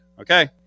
Okay